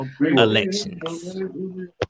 elections